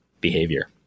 behavior